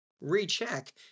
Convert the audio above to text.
recheck